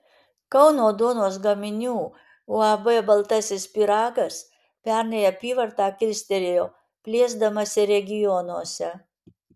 kauno duonos gaminių uab baltasis pyragas pernai apyvartą kilstelėjo plėsdamasi regionuose